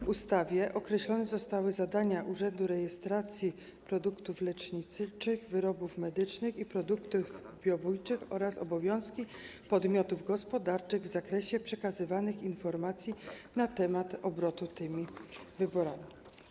W ustawie określone zostały zadania Urzędu Rejestracji Produktów Leczniczych, Wyrobów Medycznych i Produktów Biobójczych oraz obowiązki podmiotów gospodarczych w zakresie przekazywanych informacji na temat obrotu tymi wyrobami.